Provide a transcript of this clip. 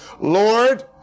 Lord